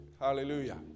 Hallelujah